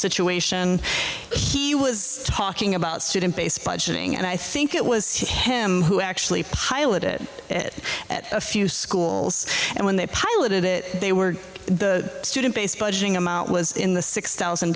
situation he was talking about student base budgeting and i think it was him who actually piloted it at a few schools and when they piloted it they were the student based budgeting amount was in the six thousand